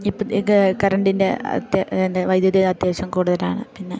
ഇപ്പോഴത്തെ കറൻറ്റിൻ്റെ അത്യ എന്താ വൈദ്യുതിയുടെ അത്യാവശ്യം കൂടുതലാണ് പിന്നെ